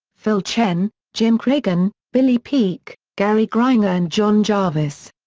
phil chen, jim cregan, billy peek, gary grainger and john jarvis.